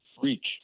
reach